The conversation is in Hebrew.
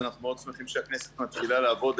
אנחנו שמחים שהכנסת מתחילה לעבוד.